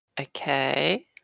Okay